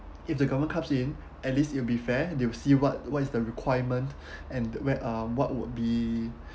if the government comes in at least you'll be fair they will see what what is the requirement and where uh what would be